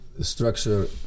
structure